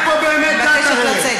הם מסתמכים על הפירוק של הדת היהודית,